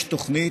יש תוכנית,